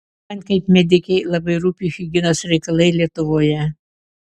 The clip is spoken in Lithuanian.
man kaip medikei labai rūpi higienos reikalai lietuvoje